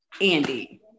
Andy